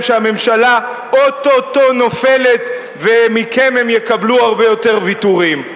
שהממשלה או-טו-טו נופלת ומכם הם יקבלו הרבה יותר ויתורים.